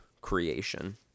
creation